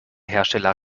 hersteller